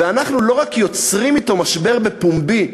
ואנחנו לא רק יוצרים אתו משבר בפומבי,